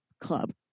club